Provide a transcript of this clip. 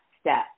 step